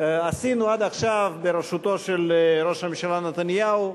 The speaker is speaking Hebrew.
שעשינו עד עכשיו בראשותו של ראש הממשלה נתניהו,